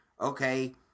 okay